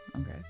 okay